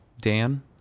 Dan